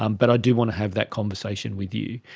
um but i do want to have that conversation with you'.